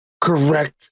correct